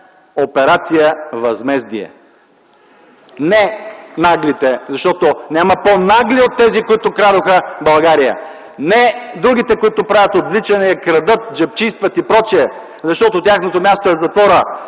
операция „Възмездие”, не „Наглите” (шум и реплики), защото няма по-нагли от тези, които крадоха България. Не другите, които правят отвличания, крадат, джебчийстват и прочее, защото тяхното място е в затвора.